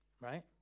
Right